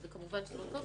זה כמובן שלא טוב.